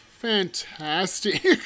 Fantastic